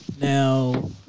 Now